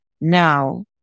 now